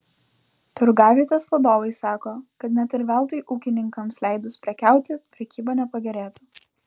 turgavietės vadovai sako kad net ir veltui ūkininkams leidus prekiauti prekyba nepagerėtų